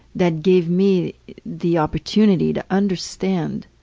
that gave me the opportunity to understand